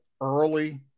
early